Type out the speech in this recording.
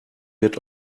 wird